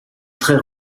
très